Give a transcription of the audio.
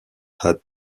had